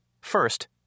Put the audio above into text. first